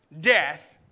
Death